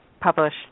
publish